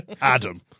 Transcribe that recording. Adam